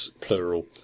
Plural